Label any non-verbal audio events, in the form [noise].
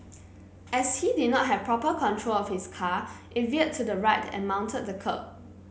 [noise] as he did not have proper control of his car it veered to the right and mounted the kerb